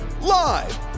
Live